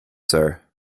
sir